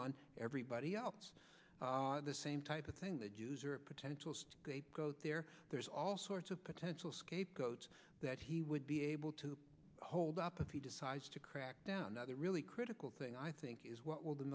on everybody else the same type of thing the jews are a potential goat there there's all sorts of potential scapegoats that he would be able to hold up and he decides to crackdown other really critical thing i think is what will the